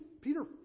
Peter